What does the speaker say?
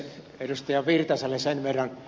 edustaja virtaselle sen verran